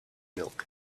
milk